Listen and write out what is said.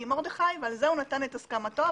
עם המנכ"ל ועל זה הוא נתן את הסכמתו.